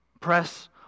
Press